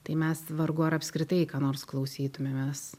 tai mes vargu ar apskritai ką nors klausytumėmės